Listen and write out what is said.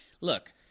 look